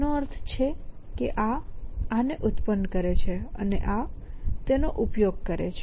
તેનો અર્થ છે કે આ આને ઉત્પન્ન કરે છે અને આ તેનો ઉપયોગ કરે છે